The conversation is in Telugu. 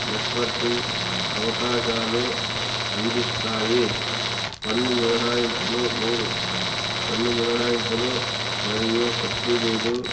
నెట్వర్కింగ్ అవకాశాలు అందిస్తాయి పన్ను మినహాయింపులు మూడు పన్ను మినహాయింపులు మరియు సబ్సిడీలు